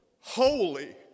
holy